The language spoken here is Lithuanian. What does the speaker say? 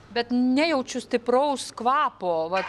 bet nejaučiu stipraus kvapo vat